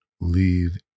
leave